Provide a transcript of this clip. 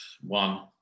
One